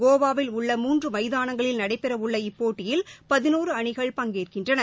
கோவாவில் உள்ள மூன்று மைதானங்களில் நடைபெற உள்ள இப்போட்டியில் பதினோரு அணிகள் பங்கேற்கின்றன